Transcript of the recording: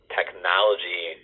technology